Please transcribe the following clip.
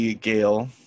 gale